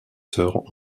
sœurs